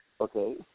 Okay